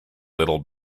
little